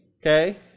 Okay